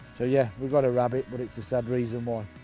so yeah, we've got a rabbit, but it's a sad reason why.